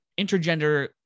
intergender